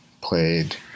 played